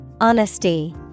Honesty